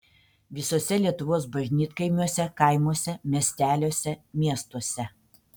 visuose lietuvos bažnytkaimiuose kaimuose miesteliuose miestuose